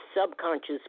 subconscious